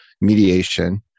mediation